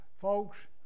folks